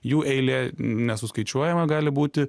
jų eilė nesuskaičiuojama gali būti